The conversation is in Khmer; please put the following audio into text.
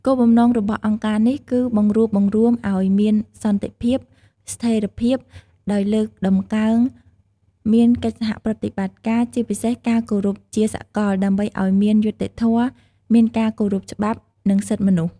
គោលបំណងរបស់ អង្គការនេះគឺបង្រួបបង្រួមអោយមានសន្តិភាព ស្ថេរភាព ដោយលើកតំកើងមានកិច្ចសហប្រតិបត្តិការ ជាពិសេសការគោរពជាសកល ដើម្បីអោយមាន យុត្តិធម៌ មានការគោរពច្បាប់ និងសិទ្ធិមនុស្ស។